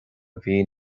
mhí